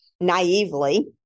naively